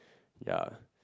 ya